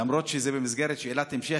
למרות שזה במסגרת של שאלת המשך,